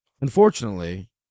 unfortunately